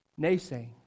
Naysaying